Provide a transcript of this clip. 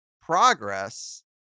progress